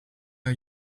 are